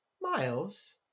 Miles